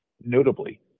Notably